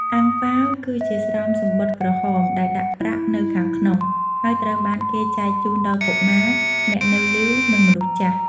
អាំងប៉ាវ គឺជាស្រោមសំបុត្រក្រហមដែលដាក់ប្រាក់នៅខាងក្នុង ហើយត្រូវបានគេចែកជូនដល់កុមារ អ្នកនៅលីវ និងមនុស្សចាស់។